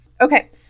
Okay